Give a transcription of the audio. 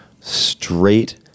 straight